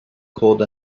cold